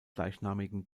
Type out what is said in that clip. gleichnamigen